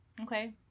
Okay